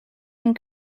and